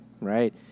right